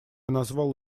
назвал